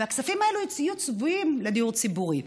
והכספים האלה יהיו צבועים לדיור ציבורי.